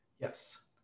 Yes